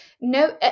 no